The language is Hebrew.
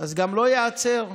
גם לא ייעצר.